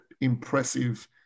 impressive